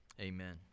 Amen